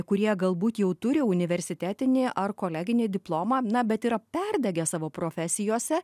kurie galbūt jau turi universitetinį ar koleginį diplomą na bet yra perdegę savo profesijose